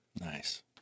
nice